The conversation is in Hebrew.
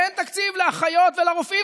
ואין תקציב לרופאים ולאחיות,